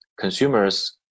consumers